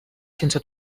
sense